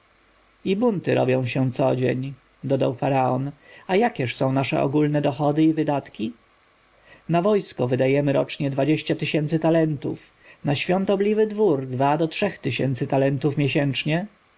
bunty robią się codzień dodał faraon a jakież są nasze ogólne dochody i wydatki na wojsko wydajemy rocznie dwadzieścia tysięcy talentów na świątobliwy dwór dwa do trzech tysięcy talentów miesięcznie